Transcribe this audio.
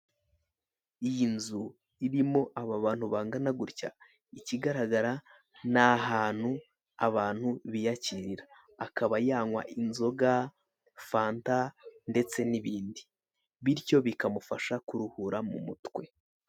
Iyi nzu irimo aba bantu bangana gutya, ikigaragara ni ahantu abantu biyakirira; akaba yanywa inzoga, fanta ndetse n'ibindi...,; bityo bikamufasha huruhura mu mutwe.